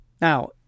Now